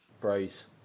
Bros